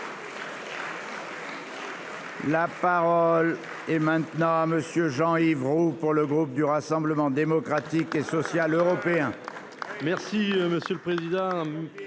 La parole est à M. Jean-Yves Roux, pour le groupe du Rassemblement Démocratique et Social Européen.